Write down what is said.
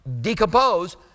decompose